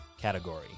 category